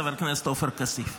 חבר הכסת עופר כסיף.